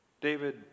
david